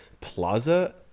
plaza